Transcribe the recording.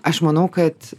aš manau kad